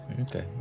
Okay